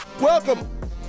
Welcome